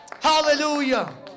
Hallelujah